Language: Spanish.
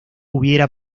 hubiera